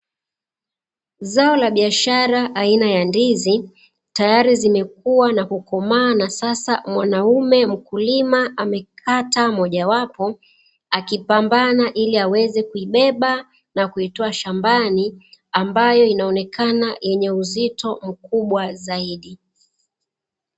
Zao la biashara aina ya ndizi, tayar zimekua na kukomaaa na sasa mwanaume mkulima amekata moja wapo ,akipambana ili aweze kuibeba na kuitoa shambani ambayo inaonekana yenye uzito mkubwa zaidi.